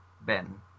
ben